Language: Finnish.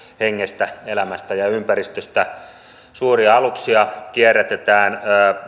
hengestä elämästä ja ympäristöstä suuria aluksia kierrätetään